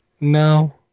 No